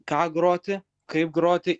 ką groti kaip groti